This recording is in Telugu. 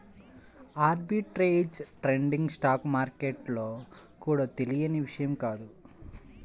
ఆర్బిట్రేజ్ ట్రేడింగ్ స్టాక్ మార్కెట్లలో కూడా తెలియని విషయం కాదు